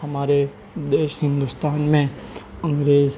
ہمارے دیش ہندوستان میں انگریز